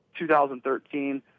2013